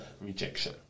rejection